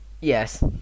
Yes